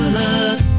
love